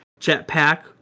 Jetpack